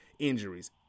injuries